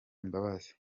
imbabazi